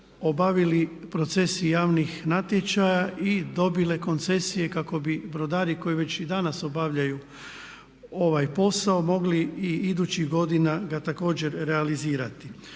obavili procesi javnih natječaja i dobile koncesije kako bi brodari koji već i danas obavljaju ovaj posao mogli i idućih godina ga također realizirati.